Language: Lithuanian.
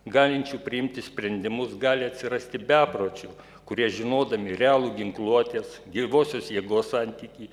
galinčių priimti sprendimus gali atsirasti bepročių kurie žinodami realų ginkluotės gyvosios jėgos santykį